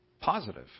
positive